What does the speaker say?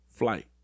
flight